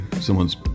someone's